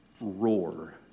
roar